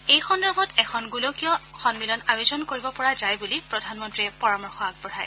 এই সন্দৰ্ভত এখন গোলকীয় সম্মিলন আয়োজন কৰিব পৰা যায় বুলি প্ৰধানমন্ত্ৰীয়ে পৰামৰ্শ আগবঢ়ায়